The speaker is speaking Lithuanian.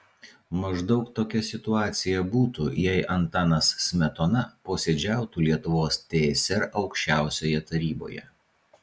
maždaug tokia situacija būtų jei antanas smetona posėdžiautų lietuvos tsr aukščiausioje taryboje